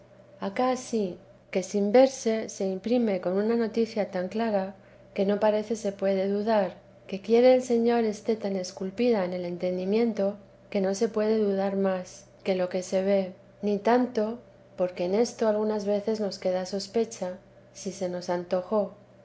acá sí que sin verse se imprime con teres una noticia tan clara que no parece se puede dudar que quiere e señor esté tan esculpida en el entendimiento que no se puede dudar más que lo que se ve ni tí porque en esto algunas veces nos queda sospecha si se nos antojó